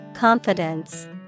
Confidence